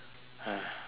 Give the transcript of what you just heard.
then how now